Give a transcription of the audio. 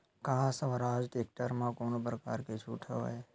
का स्वराज टेक्टर म कोनो प्रकार के छूट हवय?